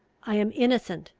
i am innocent,